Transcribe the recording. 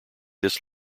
this